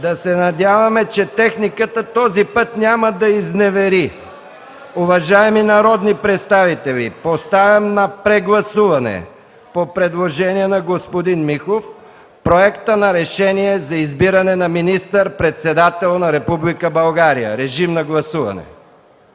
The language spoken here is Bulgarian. Да се надяваме, че този път техниката няма да изневери. Уважаеми народни представители, поставям на прегласуване по предложение на господин Михов проекта на решение за избиране на министър-председател на Република България. Режим на гласуване!